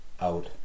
out